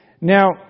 Now